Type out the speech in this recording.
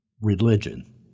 religion